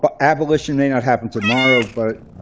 but abolition may not happen tomorrow. but